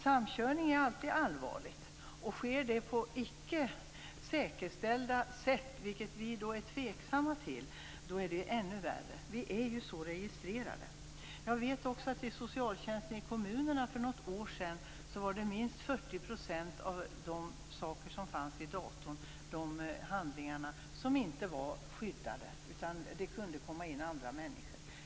Samkörning är alltid allvarlig. Sker det på ett ickesäkerställt sätt - här är vi tveksamma - är det ännu värre. Vi är ju så registrerade. Jag vet att minst 40 % av de handlingar som fanns i datorn inom socialtjänsten i kommunerna för något år sedan inte var skyddade. Andra människor kunde komma in.